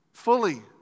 Fully